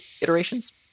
iterations